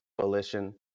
Coalition